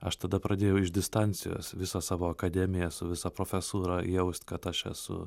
aš tada pradėjau iš distancijos visą savo akademiją su visa profesūra jaust kad aš esu